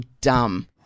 dumb